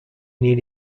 need